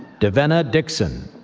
devenna dixon,